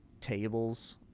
tables